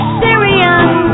syrian